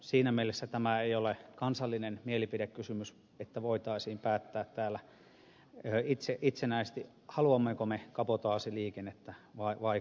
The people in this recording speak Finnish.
siinä mielessä tämä ei ole kansallinen mielipidekysymys että voisimme päättää täällä itsenäisesti haluammeko me kabotaasiliikennettä vai emme